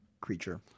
creature